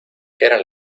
eran